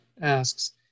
asks